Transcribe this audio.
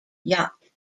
yacht